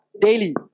daily